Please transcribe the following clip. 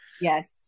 yes